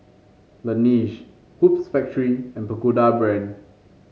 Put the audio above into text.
Laneige Hoops Factory and Pagoda Brand